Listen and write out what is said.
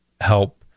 help